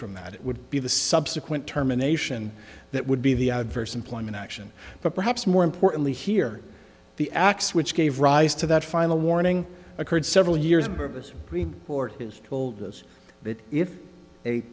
from that it would be the subsequent terminations that would be the adverse employment action but perhaps more importantly here the acts which gave rise to that final warning occurred several years purpose report has told us that if a